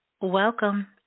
Welcome